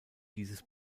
dieses